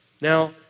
Now